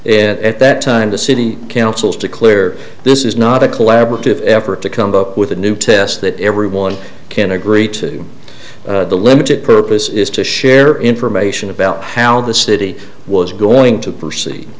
it at that time the city council to clear this is not a collaborative effort to come up with a new test that everyone can agree to the limited purpose is to share information about how the city was going to proceed